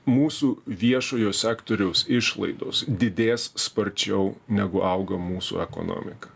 mūsų viešojo sektoriaus išlaidos didės sparčiau negu auga mūsų ekonomika